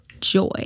joy